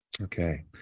Okay